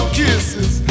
kisses